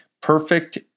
Perfect